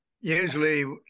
usually